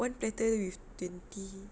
one platter with twenty